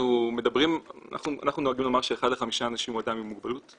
אנחנו נוהגים לומר שאחד לחמישה אנשים זה אדם עם מוגבלות,